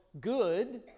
good